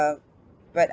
but